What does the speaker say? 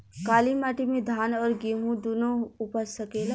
काली माटी मे धान और गेंहू दुनो उपज सकेला?